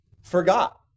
forgot